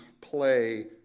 play